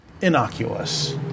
innocuous